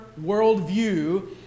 worldview